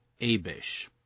Abish